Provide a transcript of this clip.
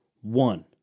One